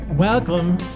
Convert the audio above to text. Welcome